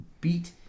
beat